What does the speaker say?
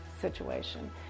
situation